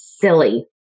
silly